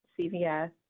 CVS